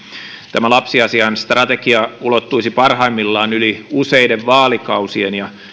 tämä lapsiasiain strategia ulottuisi parhaimmillaan yli useiden vaalikausien ja